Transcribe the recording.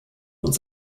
und